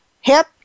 hip